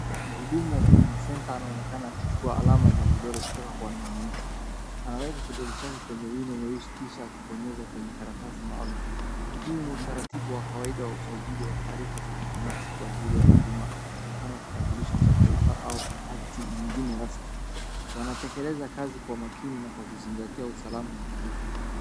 Mhudumu wa huduma centre anaonekana akichukua alama za vidole kutoka kwa mwanawake. Anaweka kidole chake kwenye wino mweusi kisha akibonyeza kwenye karatasi maalum. Huu ni utaratibu wa kawaida wa usajili wa taarifa za kibinafsi kwa ajili ya huduma kama kitambulisho cha taifa au hati nyingine rasmi. Wanatekeleza kazi kwa makini na kwa kuzingatia usalama wa taarifa.